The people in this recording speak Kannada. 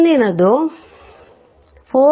ಮುಂದಿನದು 4